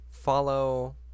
Follow